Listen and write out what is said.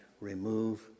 remove